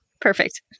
Perfect